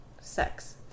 sex